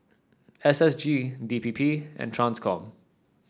S S G D P P and Transcom